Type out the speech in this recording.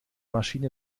maschine